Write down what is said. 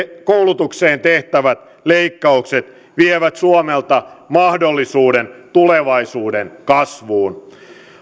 koulutukseen tehtävät leikkaukset vievät suomelta mahdollisuuden tulevaisuuden kasvuun